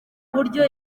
buryo